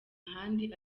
ahandi